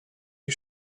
die